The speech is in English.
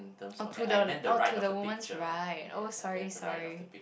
oh to the oh to the woman's right oh sorry sorry